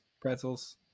pretzels